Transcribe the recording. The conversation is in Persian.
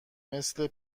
مثل